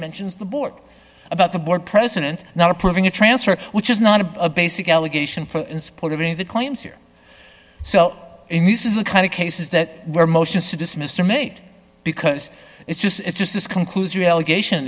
mentions the board about the board president not approving a transfer which is not a basic allegation for in support of any of the claims here so in this is the kind of cases that where motions to dismiss are made because it's just it's just this conclusory allegation